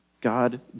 God